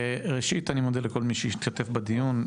ראשית, אני מודה לכל מי שהשתתף בדיון.